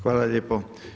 Hvala lijepo.